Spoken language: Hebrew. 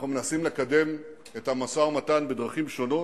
אנחנו מנסים לקדם את המשא-ומתן בדרכים שונות,